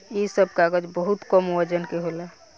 इ सब कागज बहुत कम वजन के होला